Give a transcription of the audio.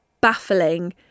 baffling